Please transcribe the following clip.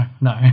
no